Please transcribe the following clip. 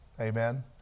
Amen